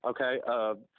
Okay